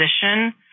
position